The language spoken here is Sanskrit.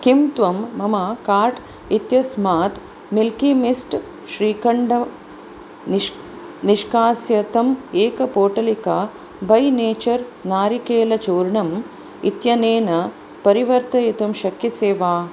किं त्वं मम कार्ट् इत्यस्मात् मिल्किमिस्ट् श्रीखण्डं निश् निष्कास्य तं एक पोटलिका बै नेचर् नारिकेलचूर्णम् इत्यनेन परिवर्तयितुं शक्यसे वा